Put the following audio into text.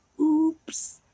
oops